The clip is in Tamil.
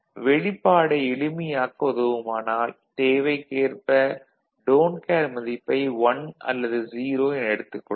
வெளிப்பாடை எளிமையாக்க உதவுமானால் தேவைக்கேற்ப டோன் கேர் மதிப்பை 1 அல்லது 0 என எடுத்துக் கொள்ளலாம்